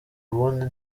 ubundi